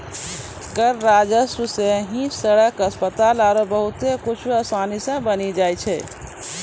कर राजस्व सं ही सड़क, अस्पताल आरो बहुते कुछु आसानी सं बानी जाय छै